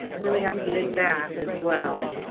and then we have the mid-bath, as well.